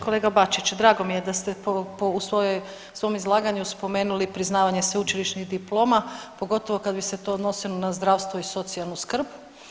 Kolega Bačiću drago mi je da ste po, po, u svojoj, svom izlaganju spomenuli priznavanje sveučilišnih diploma pogotovo kad bi se to odnosilo na zdravstvo i socijalnu skrb.